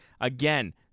Again